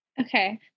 okay